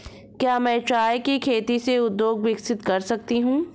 क्या मैं चाय की खेती से उद्योग विकसित कर सकती हूं?